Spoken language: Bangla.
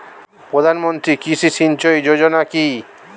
প্রধানমন্ত্রী কৃষি সিঞ্চয়ী যোজনা কি?